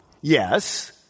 Yes